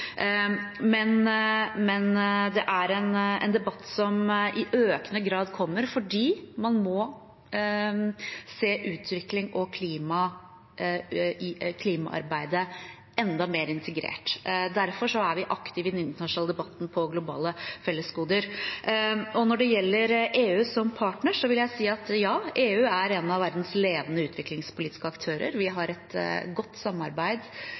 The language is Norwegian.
men det er en debatt som i økende grad kommer fordi man må se utvikling og klimaarbeidet enda mer integrert. Derfor er vi aktive i den internasjonale debatten om globale fellesgoder. Når det gjelder EU som partner, vil jeg si: Ja, EU er en av verdens ledende utviklingspolitiske aktører. Vi har et godt samarbeid